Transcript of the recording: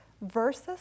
versus